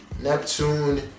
Neptune